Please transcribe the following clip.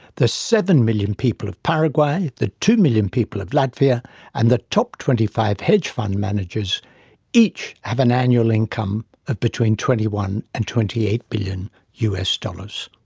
the seven million people of paraguay, the two million people of latvia and the top twenty five hedge fund managers each have an annual income of between twenty one dollars and twenty eight billion us dollars.